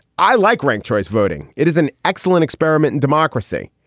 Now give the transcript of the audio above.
i like rank choice voting. it is an excellent experiment in democracy.